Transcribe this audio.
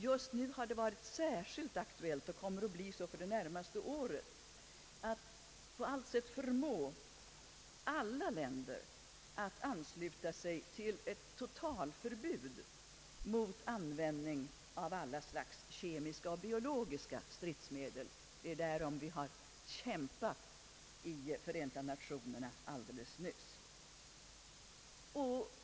Just nu har det varit särskilt aktuellt — och kommer att bli så för de närmaste åren — att på allt sätt förmå alla länder att ansluta sig till ett totalförbud mot användning av alla slags kemiska och biologiska stridsmedel. Det är för detta vi har kämpat i Förenta nationerna helt nyligen.